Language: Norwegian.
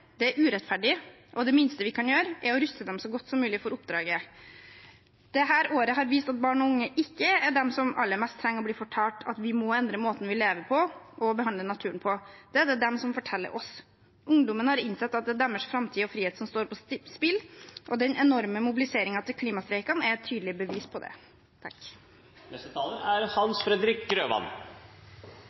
Det er urettferdig, og det minste vi kan gjøre, er å ruste dem så godt som mulig for oppdraget. Dette året har vist at barn og unge ikke er de som aller mest trenger å bli fortalt at vi må endre måten vi lever og behandler naturen på. Det er det de som forteller oss. Ungdommen har innsett at det er deres framtid og frihet som står på spill. Den enorme mobiliseringen til klimastreikene er et tydelig bevis på det. Fagfornyelsen, som nå er